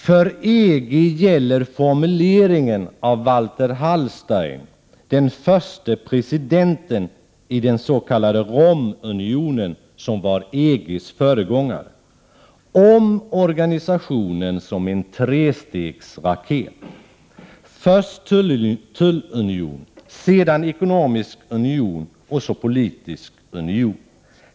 För EG gäller formuleringen av Walter Hallstein, den förste presidenten i den s.k. Romunionen som var EG:s föregångare, om organisationen som en trestegsraket: först tullunion, sedan ekonomisk union och så politisk union.